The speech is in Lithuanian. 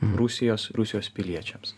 rusijos rusijos piliečiams